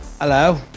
Hello